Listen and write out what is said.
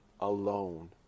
alone